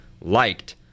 liked